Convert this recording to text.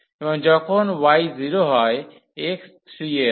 এবং যখন y 0 হয় x 3a হয়